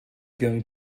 going